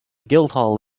guildhall